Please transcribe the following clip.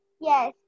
yes